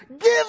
Give